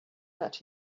that